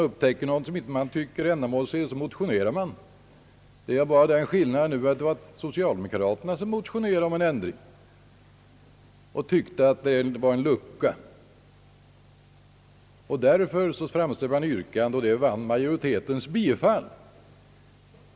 Det är bara den skillnaden den här gången, att det var socialdemokrater som motionerade om en ändring. De tyckte att det fanns en lucka i lagen och därför framställde de sitt ändringsyrkande och det vann majoritetens bifall.